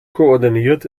koordiniert